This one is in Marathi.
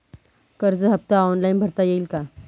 कर्ज हफ्ता ऑनलाईन भरता येईल का?